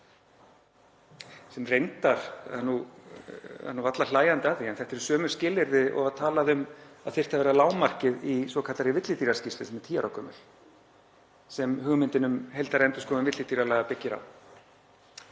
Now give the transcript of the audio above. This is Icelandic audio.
sem reyndar er nú varla hlæjandi að en þetta eru sömu skilyrði og var talað um að þyrfti að vera lágmarkið í svokallaðri villidýraskýrslu sem er tíu ára gömul og hugmyndin um heildarendurskoðun villidýralaga byggir á.